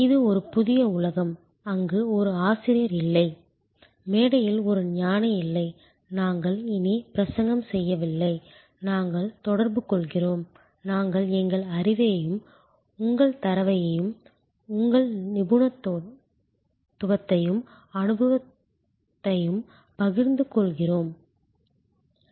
இது ஒரு புதிய உலகம் அங்கு ஒரு ஆசிரியர் இல்லை மேடையில் ஒரு ஞானி இல்லை நாங்கள் இனி பிரசங்கம் செய்யவில்லை நாங்கள் தொடர்பு கொள்கிறோம் நாங்கள் எங்கள் அறிவையும் உங்கள் தரவையும் உங்கள் நிபுணத்துவத்தையும் அனுபவத்தையும் பகிர்ந்து கொள்கிறோம்